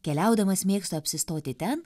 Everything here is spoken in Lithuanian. keliaudamas mėgstu apsistoti ten